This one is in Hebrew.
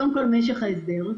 דבר ראשון: משך ההסדר.